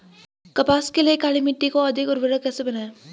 कपास के लिए काली मिट्टी को अधिक उर्वरक कैसे बनायें?